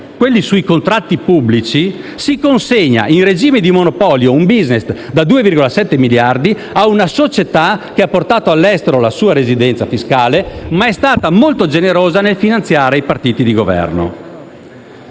quelli sui contratti pubblici, si consegna in regime di monopolio un *business* da 2,7 miliardi a una società che ha portato all'estero la propria residenza fiscale, ma è stata molto generosa nel finanziare i partiti di Governo.